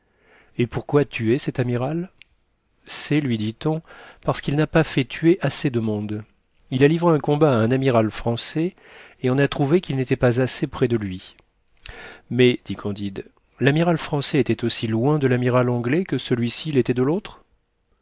et pourquoi tuer cet amiral c'est lui dit-on parcequ'il n'a pas fait tuer assez de monde il a livré un combat à un amiral français et on a trouvé qu'il n'était pas assez près de lui mais dit candide l'amiral français était aussi loin de l'amiral anglais que celui-ci l'était de l'autre